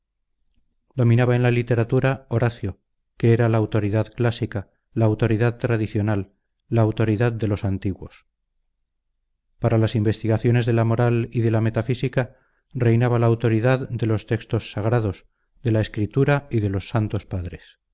dominaba en la literatura horacio que era la autoridad clásica la autoridad tradicional la autoridad de los antiguos para las investigaciones de la moral y de la metafísica reinaba la autoridad de los textos sagrados de la escritura y de los santos padres